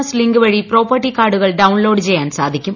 S link വഴി property കാർഡുകൾ download ചെയ്യാൻ സാധിക്കും